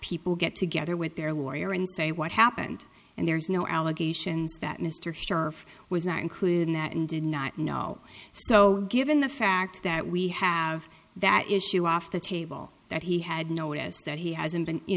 people get together with their lawyer and say what happened and there's no allegations that mr sure was not included in that and did not know so given the fact that we have that issue off the table that he had noticed that he hasn't been you